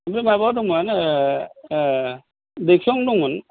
ओमफ्राय माबा दंमोन देत्सुं दंमोन